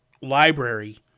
library